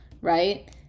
right